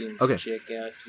Okay